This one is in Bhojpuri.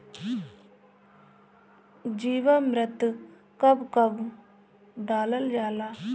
जीवामृत कब कब डालल जाला?